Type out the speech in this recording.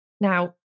Now